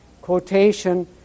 quotation